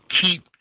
keep